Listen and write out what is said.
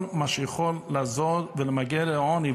כל מה שיכול לעזור ולמגר את העוני,